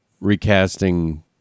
recasting